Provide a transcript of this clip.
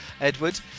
Edward